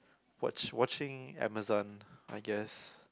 watch watching Amazon I guess